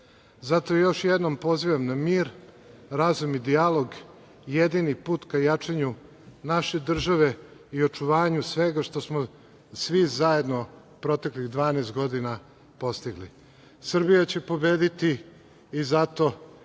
Zato još jednom pozivam na mir, razum i dijalog, jedini put ka jačanju naše države i očuvanju svega što smo svi zajedno proteklih 12 godina postigli. Srbija će pobediti i zato